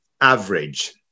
average